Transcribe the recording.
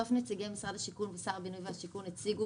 נציגי משרד השיכון ושר הבינוי והשיכון הציגו